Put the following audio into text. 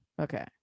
okay